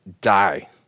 die